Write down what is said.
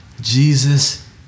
Jesus